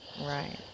Right